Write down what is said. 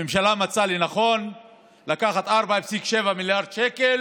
הממשלה מצאה לנכון לקחת 4.7 מיליארד שקל